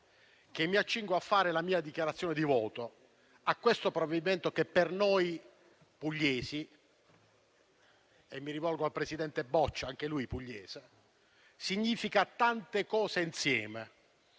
che mi accingo a fare la mia dichiarazione di voto su questo provvedimento che per noi pugliesi - e mi rivolgo al presidente Boccia, anche lui pugliese - significa tante cose insieme: